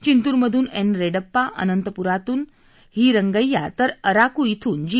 चिंतूरमधून N Reddappa अनंतपुरातून ही रंगय्या तर अराकू श्रून जी